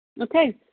Okay